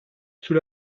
sous